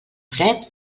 fred